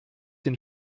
den